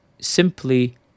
simply